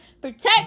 Protect